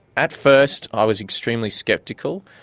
at first i was extremely sceptical.